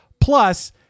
Plus